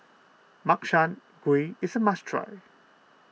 Makchang Gui is a must try